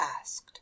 asked